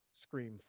Scream